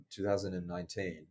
2019